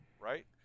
right